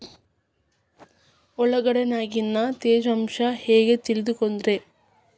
ಉಳ್ಳಾಗಡ್ಯಾಗಿನ ತೇವಾಂಶ ಹ್ಯಾಂಗ್ ತಿಳಿಯೋದ್ರೇ?